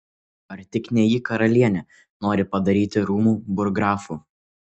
ar tik ne jį karalienė nori padaryti rūmų burggrafu